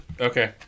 Okay